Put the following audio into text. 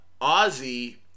Ozzy